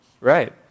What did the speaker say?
Right